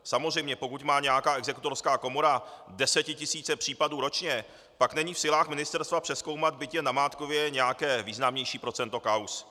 Samozřejmě pokud má nějaká exekutorská komora desetitisíce případů ročně, pak není v silách ministerstva přezkoumat, byť jen namátkově, nějaké významnější procento kauz.